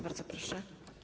Bardzo proszę.